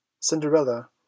Cinderella